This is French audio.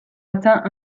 atteint